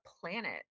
planet